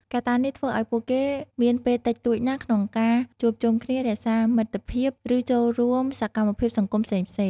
កត្តានេះធ្វើឱ្យពួកគេមានពេលតិចតួចណាស់ក្នុងការជួបជុំគ្នា រក្សាមិត្តភាព ឬចូលរួមសកម្មភាពសង្គមផ្សេងៗ ។